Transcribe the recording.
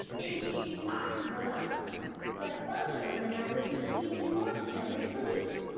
indeed you are, subala but balaram and i will be even more determined police.